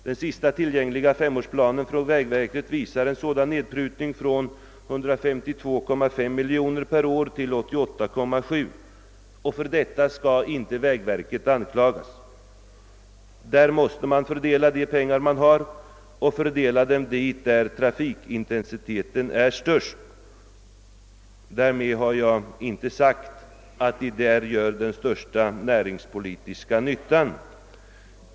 Den senast tillgängliga femårsplanen för vägverket visar en sådan nedprutning från 152,5 miljoner per år till 88,7 miljoner. Vägverket skall inte anklagas härför. Verket måste fördela dessa pengar så, att det mesta går till de vägar som har den största trafikintensiteten. Därmed har jag inte sagt, att pengarna där gör den största näringspolitiska nyttan.